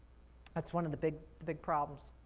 that's one of the big, big problems.